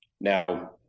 now